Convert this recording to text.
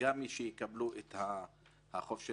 שיקבלו את החוב.